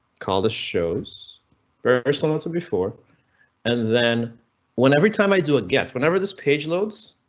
call this shows person wants it before and then when every time i do against whenever this page loads,